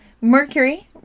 Mercury